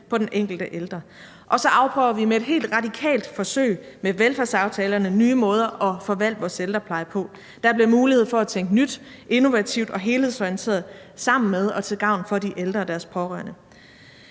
på den enkelte ældre, og så afprøver vi med et helt radikalt forsøg med velfærdsaftalerne nye måder at forvalte vores ældrepleje på. Der bliver mulighed for at tænke nyt, innovativt og helhedsorienteret sammen med og til gavn for de ældre og deres pårørende.